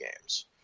games